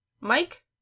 Mike